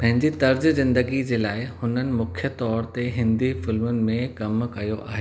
पंहिंजी तर्ज़ु ज़िंदगी जे लाइ हुननि मुख्य तौरु ते हिंदी फ़िल्मुनि में कमु कयो आहे